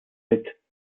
mit